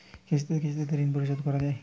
কিস্তিতে কিস্তিতে কি ঋণ পরিশোধ করা য়ায়?